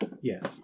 Yes